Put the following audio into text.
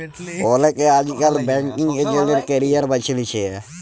অলেকে আইজকাল banking agent এর ক্যারিয়ার বাছে লিছে